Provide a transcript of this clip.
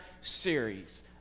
series